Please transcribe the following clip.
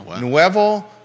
Nuevo